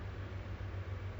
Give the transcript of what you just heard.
I play